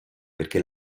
perché